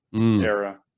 era